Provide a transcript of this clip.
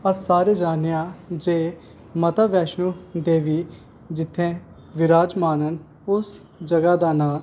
अस सारे जानने आं जे माता वैष्णो देवी जित्थें विराजमान न उस जगह दा नां